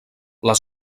les